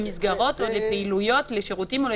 מגבילות פעילויות.